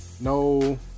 no